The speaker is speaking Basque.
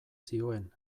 zioen